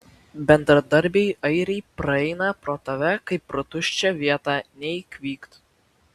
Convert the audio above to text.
bendradarbiai airiai praeina pro tave kaip pro tuščią vietą nei kvykt